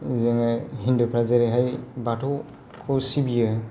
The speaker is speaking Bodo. जोङो हिनदुफ्रा जेरैहाय बाथौखौ सिबियो